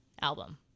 album